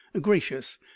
gracious